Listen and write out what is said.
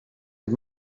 het